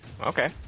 okay